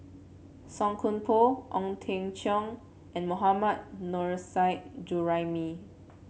Song Koon Poh Ong Teng Cheong and Mohammad Nurrasyid Juraimi